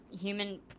human